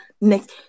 next